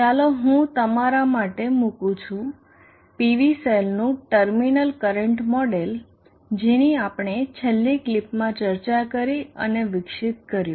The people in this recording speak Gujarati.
ચાલો હું તમારા માટે મુકું છું PV સેલનું ટર્મિનલ કરંટ મોડેલ જેની આપણે છેલ્લી ક્લિપમાં ચર્ચા કરી અને વિકસિત કર્યું